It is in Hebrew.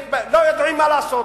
יודעים מה לעשות.